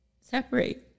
separate